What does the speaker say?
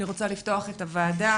אני רוצה לפתוח את הישיבה.